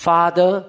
Father